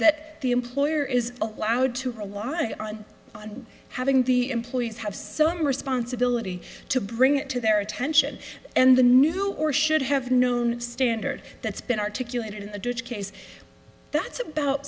that the employer is allowed to rely on having the employees have some responsibility to bring it to their attention and the new or should have known standard that's been articulated in a ditch case that's about